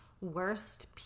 worst